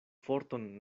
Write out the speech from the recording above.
forton